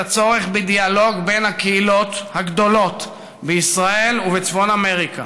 ואת הצורך בדיאלוג בין שתי הקהילות הגדולות בישראל ובצפון אמריקה.